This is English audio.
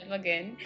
again